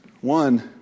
one